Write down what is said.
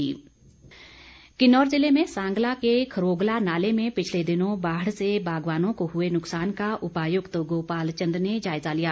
निरीक्षण किन्नौर ज़िले में सांगला के खरोगला नाले में पिछले दिनों बाढ़ से बागवानों को हुए नुकसान का उपायुक्त गोपाल चंद ने जायज़ा लिया